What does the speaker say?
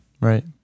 Right